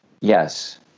yes